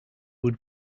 would